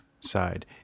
side